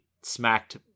smacked